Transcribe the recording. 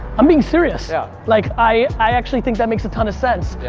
i'm being serious. yeah. like i i actually think that makes a ton of sense. yeah?